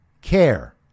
care